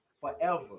forever